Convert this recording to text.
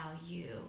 value